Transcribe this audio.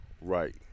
Right